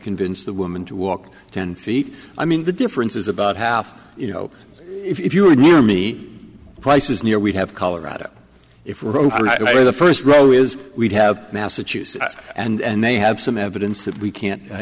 convince the woman to walk ten feet i mean the difference is about half you know if you were near me prices near we'd have colorado if it were the first row is we'd have massachusetts and they have some evidence that we can't